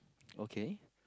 okay